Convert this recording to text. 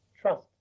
trust